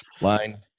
Line